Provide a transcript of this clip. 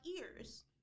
ears